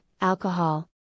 alcohol